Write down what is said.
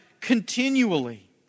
continually